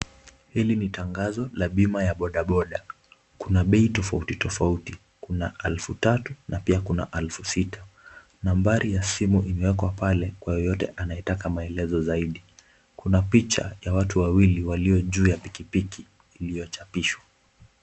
Hili ni tangazo la bima ya bodaboda. Kuna bei tofauti tofauti. Kuna elfu tatu na pia kuna elfu sita. Nambari ya simu imewekwa pale kwa yeyote anayetaka maelezo zaidi. Kuna picha ya watu wawili walio juu ya pikipiki iliyochapishwa.